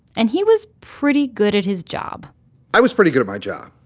and he was pretty good at his job i was pretty good at my job.